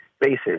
basis